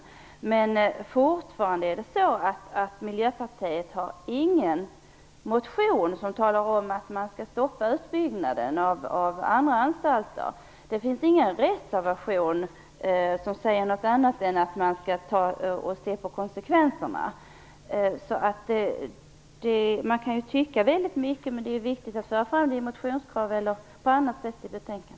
Faktum kvarstår dock att Miljöpartiet inte har någon motion som talar om att man skall stoppa utbyggnaden av andra anstalter. Det finns inte heller någon reservation som säger något annat än att man skall se över konsekvenserna. Man kan tycka väldigt mycket, men det är viktigt att föra fram det i motionskrav eller på annat sätt i betänkandet.